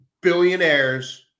billionaires